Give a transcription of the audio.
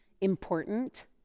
important